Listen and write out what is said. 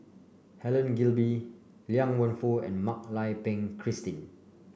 Helen Gilbey Liang Wenfu and Mak Lai Peng Christine